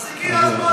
אז הגיע הזמן,